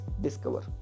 discover